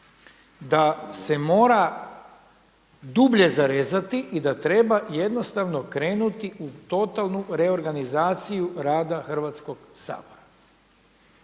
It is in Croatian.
da se mora dublje zarezati i da treba jednostavno krenuti u totalnu reorganizaciju rada Hrvatskoga sabora.